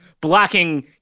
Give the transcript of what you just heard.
blocking